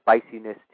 spiciness